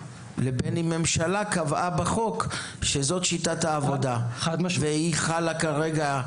לבין אם ממשלה קבעה בחוק שזו שיטת העבודה ושהיא חלה כרגע.